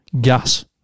gas